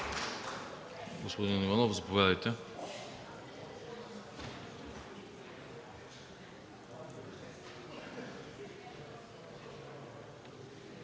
Господин Иванов, заповядайте.